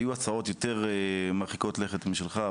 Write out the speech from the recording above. היו הצעות יותר מרחיקות לכת משלך,